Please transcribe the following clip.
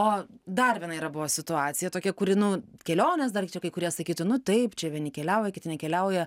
o dar viena yra buvo situacija tokia kuri nu kelionės dar kai kurie sakytų nu taip čia vieni keliauja kiti nekeliauja